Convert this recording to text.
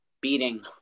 beating